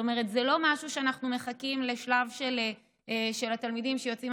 זה לא משהו שאנחנו מחכים לשלב של התלמידים שיוצאים